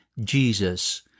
Jesus